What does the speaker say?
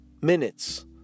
minutes